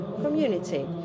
community